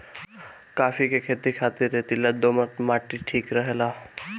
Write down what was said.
काफी के खेती खातिर रेतीला दोमट माटी ठीक रहेला